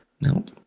nope